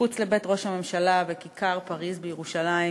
מחוץ לבית ראש הממשלה בכיכר-פריז בירושלים,